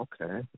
Okay